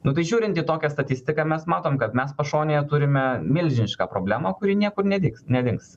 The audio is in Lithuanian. nu tai žiūrint į tokią statistiką mes matom kad mes pašonėje turime milžinišką problemą kuri niekur nedigs nedings